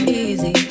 easy